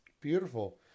Beautiful